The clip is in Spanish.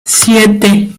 siete